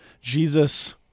Jesus